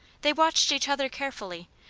they watched each other carefully,